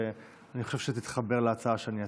ואני חושב שתתחבר להצעה שאני אציע.